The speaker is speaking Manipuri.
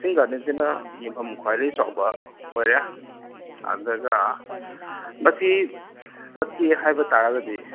ꯀꯥꯛꯆꯤꯡ ꯒꯥꯔꯗꯦꯟꯁꯤꯅ ꯌꯦꯡꯐꯝ ꯈ꯭ꯋꯥꯏꯗꯒꯤ ꯆꯥꯎꯕ ꯑꯣꯏꯔꯦ ꯑꯗꯨꯒ ꯃꯁꯤ ꯆꯠꯀꯦ ꯍꯥꯏꯕ ꯇꯥꯔꯒꯗꯤ